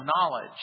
knowledge